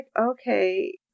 okay